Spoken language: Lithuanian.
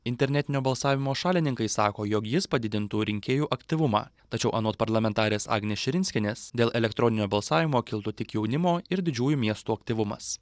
internetinio balsavimo šalininkai sako jog jis padidintų rinkėjų aktyvumą tačiau anot parlamentarės agnės širinskienės dėl elektroninio balsavimo kiltų tik jaunimo ir didžiųjų miestų aktyvumas